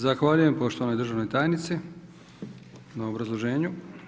Zahvaljujem poštovanoj državnoj tajnici na obrazloženju.